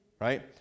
right